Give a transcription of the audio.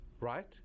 right